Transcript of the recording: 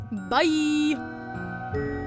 Bye